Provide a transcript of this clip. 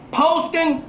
posting